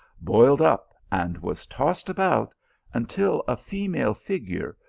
boiled up, and was tossed about until a female figure,